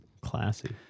classy